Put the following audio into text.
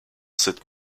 cette